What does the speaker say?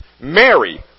Mary